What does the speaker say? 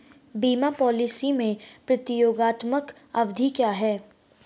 बीमा पॉलिसी में प्रतियोगात्मक अवधि क्या है?